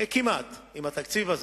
כמעט, עם התקציב הזה.